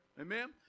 Amen